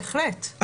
בהחלט.